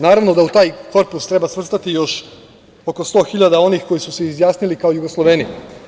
Naravno da u taj korpus treba svrstati još oko 100 hiljada onih koji su se izjasnili kao Jugosloveni.